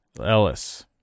ellis